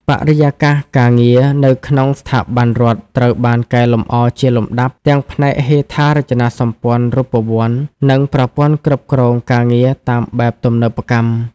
បរិយាកាសការងារនៅក្នុងស្ថាប័នរដ្ឋត្រូវបានកែលម្អជាលំដាប់ ទាំងផ្នែកហេដ្ឋារចនាសម្ព័ន្ធរូបវន្ត និងប្រព័ន្ធគ្រប់គ្រងការងារតាមបែបទំនើបកម្ម។